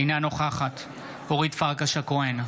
אינה נוכחת אורית פרקש הכהן,